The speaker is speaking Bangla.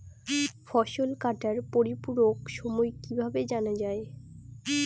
ফসল কাটার পরিপূরক সময় কিভাবে জানা যায়?